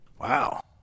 Wow